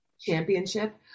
championship